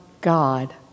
God